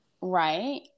Right